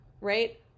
right